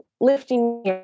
lifting